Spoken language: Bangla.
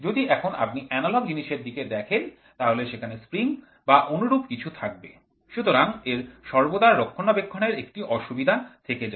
যদি এখন আপনি এনালগ জিনিসের দিকে দেখেন তাহলে সেখানে স্প্রিং বা অনুরূপ কিছু থাকবে সুতরাং এর সর্বদা রক্ষণাবেক্ষণের একটি অসুবিধা থেকে যায়